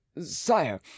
sire